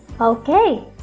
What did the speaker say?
okay